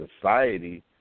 society